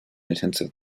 intensive